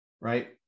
right